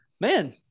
man